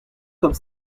comme